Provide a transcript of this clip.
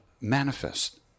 manifest